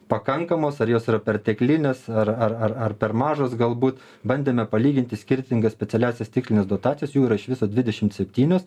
pakankamos ar jos yra perteklinės ar ar ar ar per mažos galbūt bandėme palyginti skirtingas specialiąsias tikslines dotacijas jų yra iš viso dvidešimt septynios